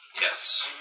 Yes